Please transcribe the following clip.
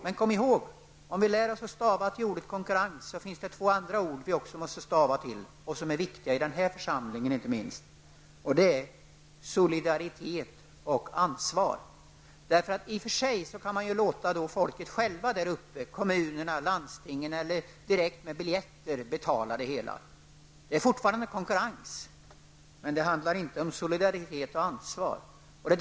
Men kom ihåg: om vi lär oss att stava till ordet konkurrens, finns det två ord till som vi måste lära oss att stava till och som är viktiga i inte minst den här församlingen. Det är orden solidaritet och ansvar. I och för sig kan man låta folket där uppe, kommunerna, landstingen eller trafikanterna direkt genom biljettpriserna betala det hela, men fortfarande är det konkurrens. Men det handlar inte om solidaritet och ansvar.